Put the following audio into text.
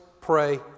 pray